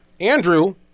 Andrew